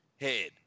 head